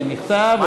במכתב,